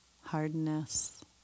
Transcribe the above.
hardness